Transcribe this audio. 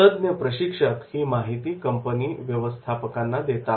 तज्ञ प्रशिक्षक ही माहिती कंपनीच्या व्यवस्थापकांना देतात